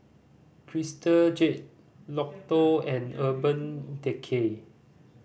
Crystal Jade Lotto and Urban Decay